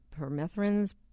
permethrins